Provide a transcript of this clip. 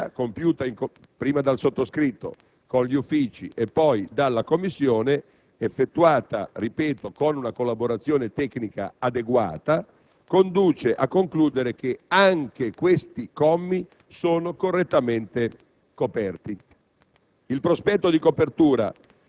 Per quel che vale, questa verifica, compiuta prima dal sottoscritto in collaborazione con gli uffici e poi dalla Commissione, effettuata - ripeto - con una collaborazione tecnica adeguata, conduce a concludere che anche tali commi sono correttamente coperti.